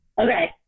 okay